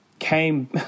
Came